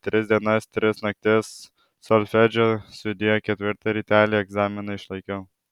tris dienas tris naktis solfedžio sudie ketvirtą rytelį egzaminą išlaikiau